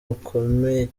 bukomeye